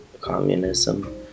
communism